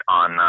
on